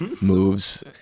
moves